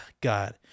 God